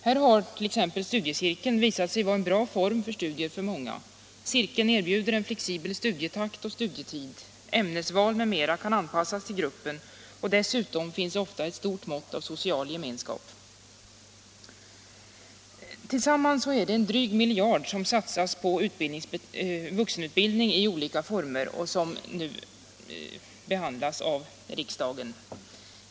Här har studiecirkeln för många visat sig vara en bra form för studier. Cirkeln erbjuder en flexibel studietakt och studietid. Ämnesval m.m. kan anpassas till gruppen, och dessutom finns ofta ett stort mått av social gemenskap. Tillsammans satsas en dryg miljard kronor på vuxenutbildningen i dess olika former.